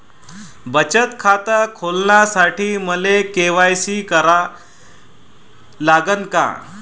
बचत खात खोलासाठी मले के.वाय.सी करा लागन का?